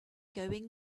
going